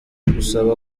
gusaba